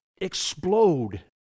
explode